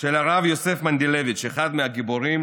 של הרב יוסף מנדלביץ', אחד מהגיבורים